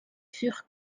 furent